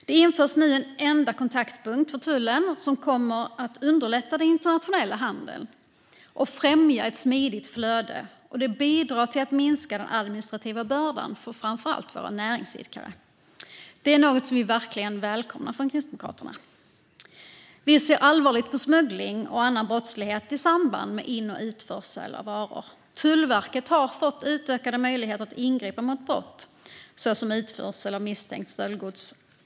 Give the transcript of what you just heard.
Det införs nu en enda kontaktpunkt för tullen, vilket kommer att underlätta den internationella handeln, främja ett smidigt flöde och bidra till att minska den administrativa bördan, framför allt för näringsidkare. Det är något som vi från Kristdemokraterna verkligen välkomnar. Vi ser allvarligt på smuggling och annan brottslighet i samband med in och utförsel av varor. Tullverket har fått utökade möjligheter att ingripa mot brott såsom utförsel av misstänkt stöldgods.